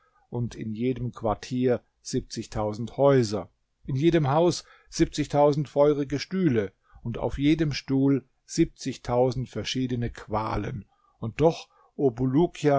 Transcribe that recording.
quartiere in jedem quartier häuser in jedem haus feurige stühle und auf jedem stuhl verschiedene qualen und doch